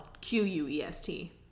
Q-U-E-S-T